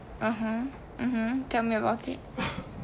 (uh huh) mmhmm tell me about it